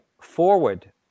forward